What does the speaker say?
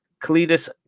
Cletus